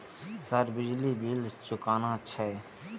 Sir बिजली bill चूकेना छे?